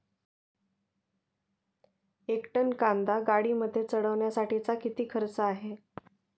एक टन कांदा गाडीमध्ये चढवण्यासाठीचा किती खर्च आहे?